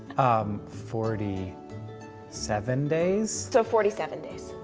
um, forty seven days? so forty seven days.